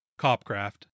Copcraft